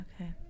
Okay